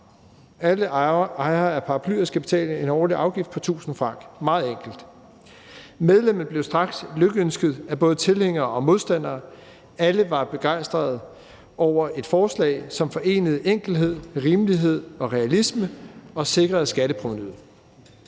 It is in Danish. Alle ejere af paraplyer skal betale en årlig afgift på 1.000 francs. Meget enkelt. Medlemmet blev straks lykønsket af både tilhængere og modstandere. Alle var begejstrede over et forslag, som forenede enkelhed, rimelighed og realisme og sikrede skatteprovenuet.